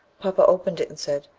papa opened it, and said,